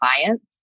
clients